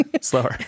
Slower